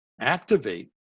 activate